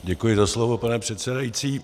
Děkuji za slovo, pane předsedající.